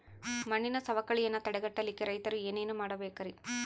ಮಣ್ಣಿನ ಸವಕಳಿಯನ್ನ ತಡೆಗಟ್ಟಲಿಕ್ಕೆ ರೈತರು ಏನೇನು ಮಾಡಬೇಕರಿ?